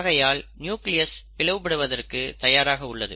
ஆகையால் நியூக்ளியஸ் பிளவுபடுவதற்கு தயாராக உள்ளது